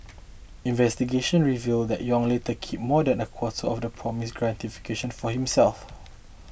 investigations revealed that Yong later kept more than a quarter of the promised gratification for himself